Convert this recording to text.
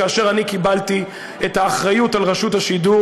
כאשר אני קיבלתי את האחריות לרשות השידור